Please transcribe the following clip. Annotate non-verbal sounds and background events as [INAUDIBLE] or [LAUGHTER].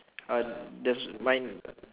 [NOISE] um there's mine